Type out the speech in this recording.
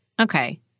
Okay